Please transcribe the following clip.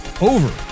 Over